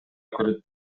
көрөт